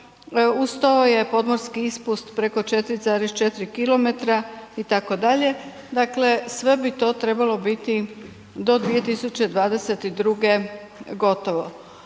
uz to je podmorski ispust preko 4,4 km itd., dakle sve bi to trebalo biti do 2022. gotovo.